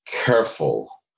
careful